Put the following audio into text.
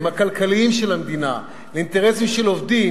הכלכליים של המדינה לאינטרסים של עובדים,